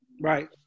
Right